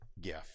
gift